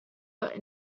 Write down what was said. but